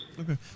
Okay